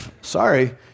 sorry